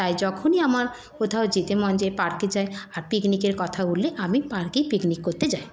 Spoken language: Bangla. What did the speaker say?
তাই যখনই আমার কোথাও যেতে মন চায় পার্কে যাই আর পিকনিকের কথা উঠলে আমি পার্কেই পিকনিক করতে যাই